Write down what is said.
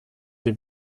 die